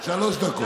שלוש דקות.